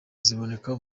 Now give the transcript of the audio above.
ziboneka